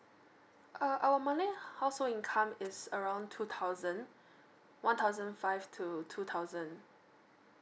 uh uh monthly household income is around two thousand one thousand five to two thousand